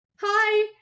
hi